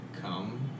Come